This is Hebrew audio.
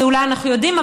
את זה אולי אנחנו יודעים,